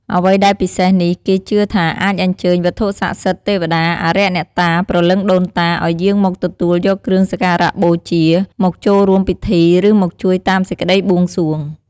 អ្វីដែលពិសេសនេះគេជឿថាអាចអញ្ជើញ វត្ថុស័ក្តិសិទ្ធិ ទេវតា អារក្សអ្នកតា ព្រលឹងដូនតា ឲ្យយាងមកទទួលយកគ្រឿងសក្ការបូជា មកចូលរួមពិធី ឬមកជួយតាមសេចក្ដីបួងសួង។